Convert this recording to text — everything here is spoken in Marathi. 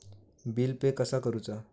बिल पे कसा करुचा?